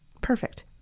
Perfect